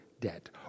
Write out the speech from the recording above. debt